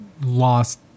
lost